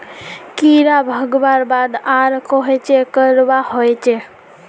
कीड़ा भगवार बाद आर कोहचे करवा होचए?